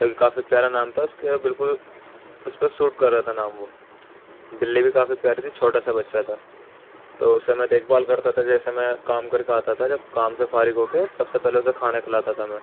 جوکہ کافی پیارا نام تھا اس کے بالکل اس پہ سوٹ کر رہا تھا نام وہ بلّی بھی کافی پیاری تھی چھوٹا سا بچہ تھا تو اسے میں دیکھ بھال کرتا تھا جیسے میں کام کر کے آتا تھا جب کام سے فارغ ہو کے سب سے پہلے اسے کھانا کھلاتا تھا میں